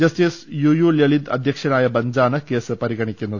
justice U U Lalit അധ്യക്ഷനായ ബഞ്ചാണ് case പരിഗണിക്കുന്നത്